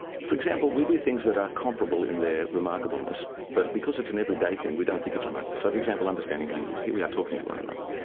for example we do things that a comparable in their remarkableness but because it's an every day thing we don't think it's remarkable. so for example, understanding language here we are talking to one another.